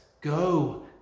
go